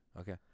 Okay